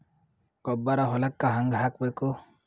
ಗೊಬ್ಬರ ಹೊಲಕ್ಕ ಹಂಗ್ ಹಾಕಬೇಕು?